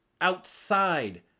outside